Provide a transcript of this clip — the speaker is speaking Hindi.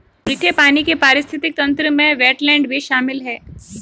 मीठे पानी के पारिस्थितिक तंत्र में वेट्लैन्ड भी शामिल है